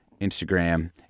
Instagram